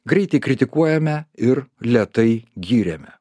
greitai kritikuojame ir lėtai giriame